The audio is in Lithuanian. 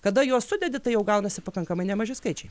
kada juos sudedi tai jau gaunasi pakankamai nemaži skaičiai